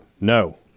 no